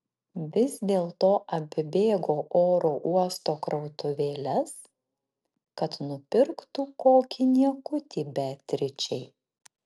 vis dėlto apibėgo oro uosto krautuvėles kad nupirktų kokį niekutį beatričei